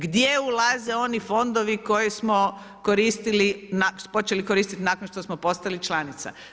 Gdje ulaze oni fondovi koje smo koristili, počeli koristiti nakon što smo postali članica?